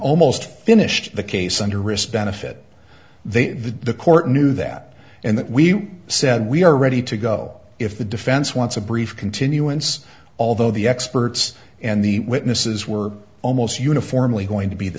almost finished the case interest benefit then the court knew that and that we said we are ready to go if the defense wants a brief continuance although the experts and the witnesses were almost uniformly going to be the